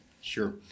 Sure